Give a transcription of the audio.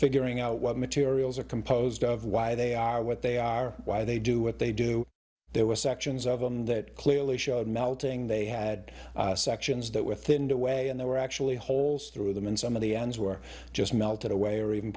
figuring out what materials are composed of why they are what they are why they do what they do there were sections of them that clearly showed melting they had sections that within the way and there were actually holes through them and some of the ends were just melted away or even